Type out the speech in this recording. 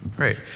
Great